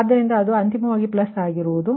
ಆದ್ದರಿಂದ ಅಂತಿಮವಾಗಿ ಅದು ಪ್ಲಸ್ ಆಗಿರುತ್ತದೆ